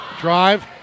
Drive